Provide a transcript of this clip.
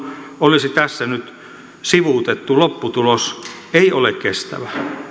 olisi tässä nyt sivuutettu lopputulos ei ole kestävä